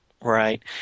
Right